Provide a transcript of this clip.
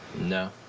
no.